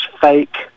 fake